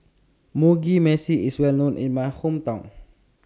Mugi Meshi IS Well known in My Hometown